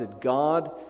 God